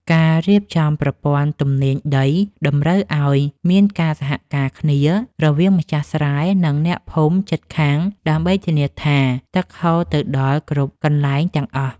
ការរៀបចំប្រព័ន្ធទំនាញដីតម្រូវឱ្យមានការសហការគ្នារវាងម្ចាស់ស្រែ និងអ្នកភូមិជិតខាងដើម្បីធានាថាទឹកហូរទៅដល់គ្រប់កន្លែងទាំងអស់។